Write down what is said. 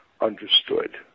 understood